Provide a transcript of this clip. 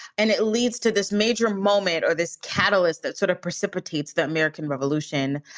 and it leads to this major moment or this catalyst that sort of precipitates the american revolution.